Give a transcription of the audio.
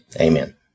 amen